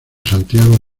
santiago